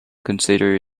consider